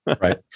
right